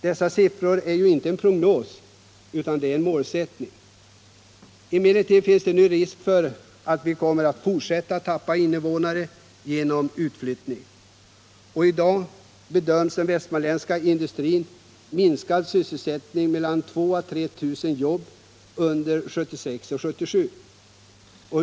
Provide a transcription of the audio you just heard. Dessa siffror är inte en prognos, utan de är en målsättning. Emellertid finns det risk för att vi kommer att fortsätta att tappa invånare genom utflyttning. I dag bedöms att den västmanländska industrin har minskat sysselsättningen med 2 000-3 000 jobb under 1976 och 1977.